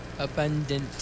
Abundant